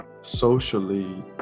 socially